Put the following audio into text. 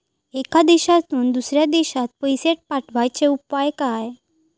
एका देशातून दुसऱ्या देशात पैसे पाठवचे उपाय काय?